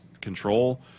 control